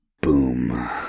Boom